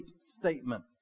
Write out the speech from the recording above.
statement